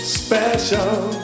special